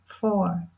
Four